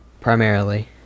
primarily